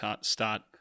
start